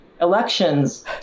elections